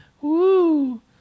Woo